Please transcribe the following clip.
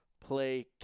Play